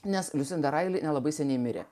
nes visi dorai ir nelabai seniai mirė